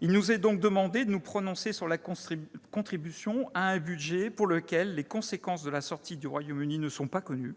Il nous est donc demandé de nous prononcer sur la contribution française à un budget pour lequel les conséquences de la sortie du Royaume-Uni ne sont pas connues,